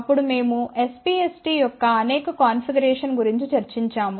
అప్పుడు మేము SPST యొక్క అనేక కాన్ఫిగరేషన్స్ గురించి చర్చించాము